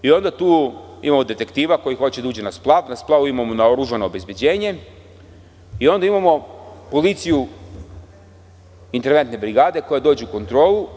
Onda tu imamo detektiva koji hoće da uđe na splav, na splavu imamo naoružano obezbeđenje, i onda imamo policiju interventne brigade koja dođe u kontrolu.